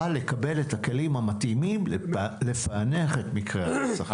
לקבל את הכלים המתאימים לפענח את מקרי הרצח.